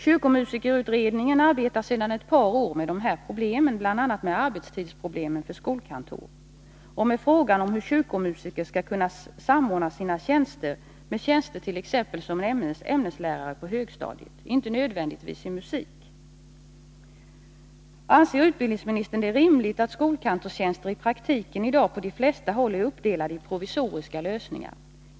Kyrkomusikerutredningen arbetar sedan ett par år med de här problemen, bl.a. med arbetstidsproblemen för skolkantorer och med frågan om hur kyrkomusikertjänst skall kunna samordnas med tjänst som t.ex. ämneslärare vid högstadiet — inte nödvändigtvis i musik. Anser utbildningsministern att det är rimligt att skolkantorstjänster i praktiken i dag på de flesta håll är uppdelade genom provisoriska lösningar?